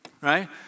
right